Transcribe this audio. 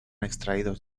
extraídos